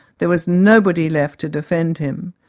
there was nobody left to defend him.